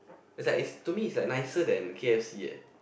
it's like it's to me it's nicer than K_F_C eh